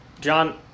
John